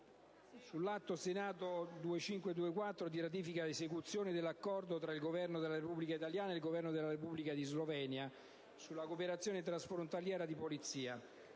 sull'Atto Senato n. 2524 di ratifica ed esecuzione dell'Accordo tra il Governo della Repubblica italiana e il Governo della Repubblica di Slovenia sulla cooperazione transfrontaliera di polizia.